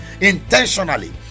intentionally